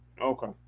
Okay